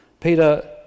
Peter